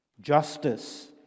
Justice